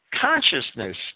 consciousness